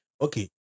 okay